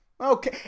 Okay